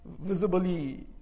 visibly